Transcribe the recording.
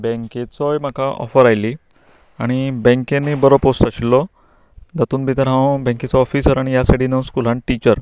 बँकेचोय म्हाका ऑफर आयली आनी बँकेंतूय बरो पोस्ट आशिल्लो तातूंत भितर हांव बॅंकेचो ऑफीसर आनी ह्या सायडीन हांव स्कुलांत टिचर